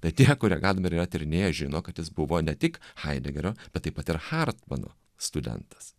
tad tie kurie gadamerį yra tyrinėję žino kad jis buvo ne tik haidegerio bet taip pat ir hartmano studentas